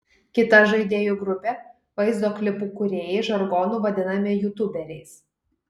kita žaidėjų grupė vaizdo klipų kūrėjai žargonu vadinami jutuberiais